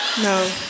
No